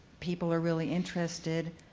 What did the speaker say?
people are really interested